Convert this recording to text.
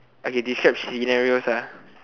okay describe scenarios ah